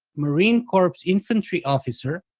marine corps infantry officer,